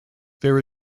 there